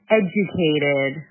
educated